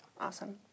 Awesome